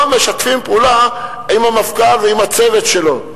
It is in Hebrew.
משתפים פעולה עם המפכ"ל ועם הצוות שלו.